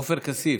עופר כסיף,